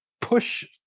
push